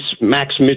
Max